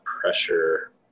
pressure